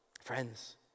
Friends